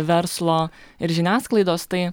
verslo ir žiniasklaidos tai